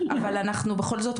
אבל אנחנו בכל זאת,